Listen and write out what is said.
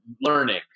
learning